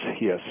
yes